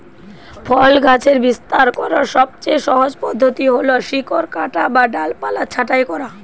ফল গাছের বিস্তার করার সবচেয়ে সহজ পদ্ধতি হল শিকড় কাটা বা ডালপালা ছাঁটাই করা